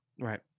Right